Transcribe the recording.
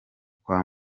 kwa